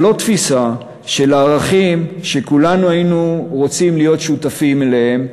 זה לא תפיסה של ערכים שכולנו היינו רוצים להיות שותפים להם,